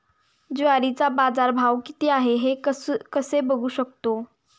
ज्वारीचा बाजारभाव किती आहे कसे बघू शकतो?